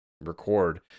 record